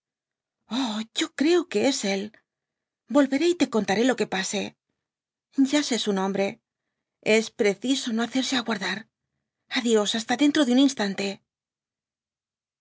yo creo que es l volveré y te contaré lo que pase ya sé su nombre es preciso no hacerse aguardar a dios hasta dentro de un instante